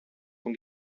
von